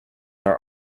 are